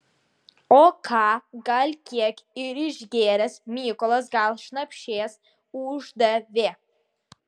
o ką gal kiek ir išgėręs mykolas gal šnapšės uždavė